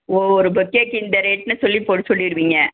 ஓ ஒரு பொக்கேக்கு இந்த ரேட்னு சொல்லிப் பொருள் சொல்லிடுவிங்க